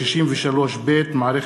התשע"ד 2013, מאת